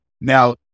Now